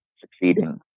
succeeding